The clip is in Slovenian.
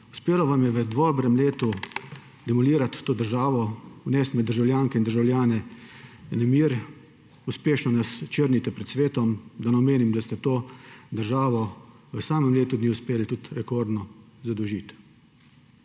to, da vam je v dobrem letu uspelo demolirati to državo, vnesti med državljanke in državljane nemir. Uspešno nas črnite pred svetom, da ne omenim, da ste to državo v samo letu dni uspeli rekordno zadolžiti,